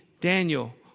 Daniel